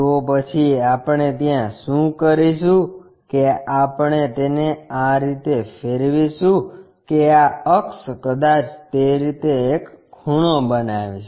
તો પછી આપણે ત્યાં શુ કરીશું કે આપણે તેને આ રીતે ફેરવીશું કે આ અક્ષ કદાચ તે રીતે એક ખૂણો બનાવી શકે